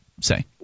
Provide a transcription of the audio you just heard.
say